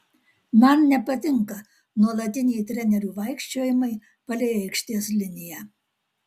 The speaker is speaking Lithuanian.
man nepatinka nuolatiniai trenerių vaikščiojimai palei aikštės liniją